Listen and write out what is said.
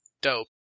Dope